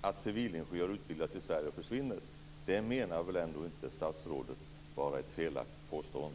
att civilingenjörer som utbildas i Sverige försvinner menar väl inte statsrådet är ett felaktigt påstående.